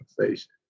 conversation